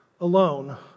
alone